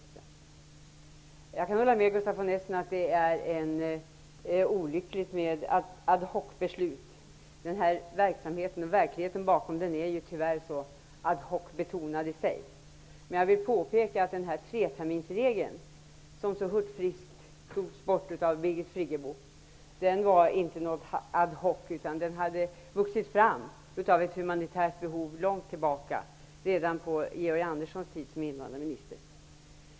Jag kan hålla med Gustaf von Essen om att det är olyckligt med ad hoc-beslut. Den här verksamheten och verkligheten bakom den är tyvärr så ad hoc-betonad i sig. Men jag vill påpeka att treterminsregeln, som så hurtfriskt togs bort av Birgit Friggebo, inte var ad hoc. Den hade vuxit fram av ett humanitärt behov långt tillbaka, redan på Georg Anderssons tid som invandrarminister.